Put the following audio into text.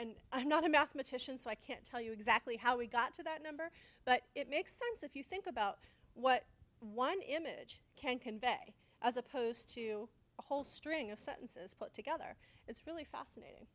and i'm not a mathematician so i can't tell you exactly how we got to that number but it makes sense if you think about what one image can convey as opposed to a whole string of sentences put together it's really fascinating